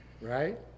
right